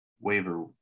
waiver